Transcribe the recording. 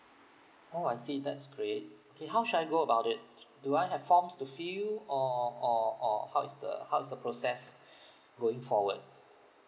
oh I see that's great okay how should I go about it do I have forms to fill or or or how is the how is the process going forward